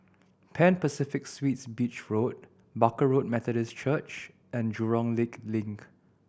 Pan Pacific Suites Beach Road Barker Road Methodist Church and Jurong Lake Link